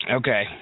Okay